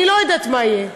אני לא יודעת מה יהיה.